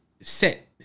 set